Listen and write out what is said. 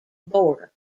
border